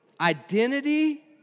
identity